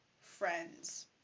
friends